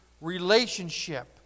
relationship